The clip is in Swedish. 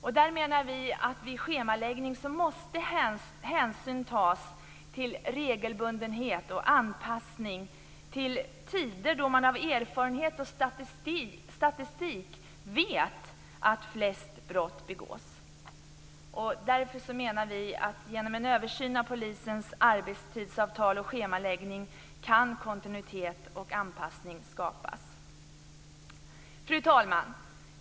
Vi menar att vid schemaläggning måste hänsyn tas till regelbundenhet och anpassning till tider då erfarenhet och statistik visar att flest brott begås. Vi menar därför att genom en översyn av polisens arbetstidsavtal och schemaläggning kan kontinuitet och anpassning skapas. Fru talman!